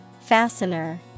Fastener